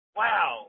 wow